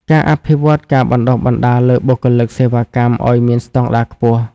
ការអភិវឌ្ឍការបណ្តុះបណ្តាលលើបុគ្គលិកសេវាកម្មឱ្យមានស្តង់ដារខ្ពស់។